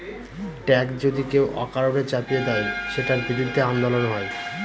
tax যদি কেউ অকারণে চাপিয়ে দেয়, সেটার বিরুদ্ধে আন্দোলন হয়